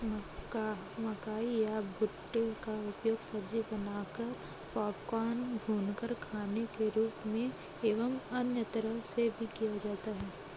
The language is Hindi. मक्का, मकई या भुट्टे का उपयोग सब्जी बनाकर, पॉपकॉर्न, भूनकर खाने के रूप में एवं अन्य तरह से भी किया जाता है